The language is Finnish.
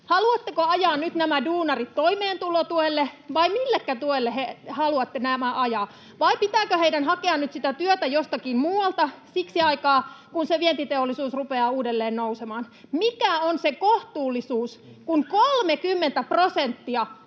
Haluatteko ajaa nyt nämä duunarit toimeentulotuelle, vai millekä tuelle haluatte nämä ajaa? Vai pitääkö heidän hakea nyt sitä työtä jostakin muualta siksi aikaa, kunnes vientiteollisuus rupeaa uudelleen nousemaan? Mikä on se kohtuullisuus, kun 30 prosenttia